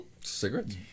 Cigarettes